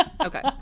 okay